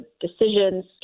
decisions